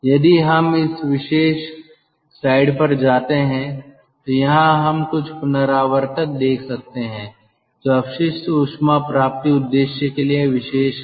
यदि हम इस विशेष स्लाइड पर जाते हैं तो यहाँ हम कुछ रिकूपरेटर देख सकते हैं जो अपशिष्ट ऊष्मा प्राप्ति उद्देश्य के लिए विशेष हैं